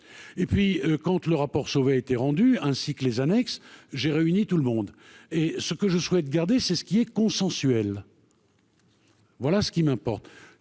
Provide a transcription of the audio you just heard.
et puis quand tu le rapport Sauvé a été rendu, ainsi que les annexes, j'ai réuni tout le monde et ce que je souhaite garder, c'est ce qui est consensuel. Voilà ce qui m'importe,